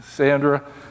Sandra